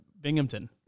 Binghamton